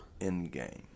Endgame